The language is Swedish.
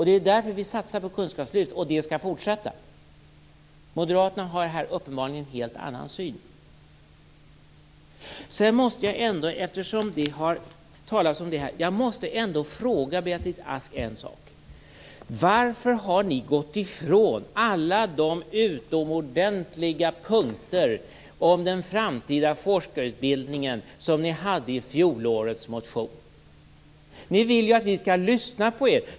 Det är ju därför som vi satsar på kunskapslyft, och den satsningen skall fortsätta. Moderaterna har här uppenbarligen en helt annan syn. Jag måste ändå fråga Beatrice Ask en sak. Varför har ni gått ifrån alla de utomordentliga punkter om den framtida forskarutbildningen som ni hade i fjolårets motion? Ni vill ju att vi skall lyssna på er.